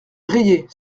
riait